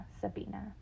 Sabina